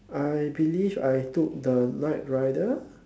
I believe I took the night rider